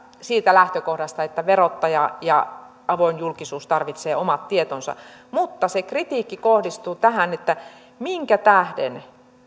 siitä lähtökohdasta että verottaja ja avoin julkisuus tarvitsevat omat tietonsa mutta se kritiikki kohdistuu tähän että minkä tähden